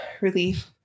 relief